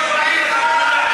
שחיתות.